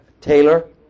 Taylor